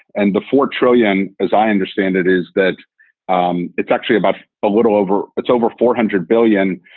and the four trillion, as i understand it, is that um it's actually about a little over it's over four hundred billion.